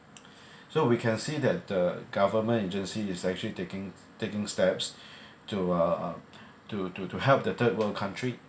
so we can see that the government agency is actually taking taking steps to uh to to to help the third world country